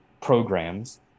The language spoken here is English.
programs